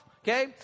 Okay